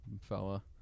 fella